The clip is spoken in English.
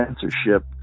censorship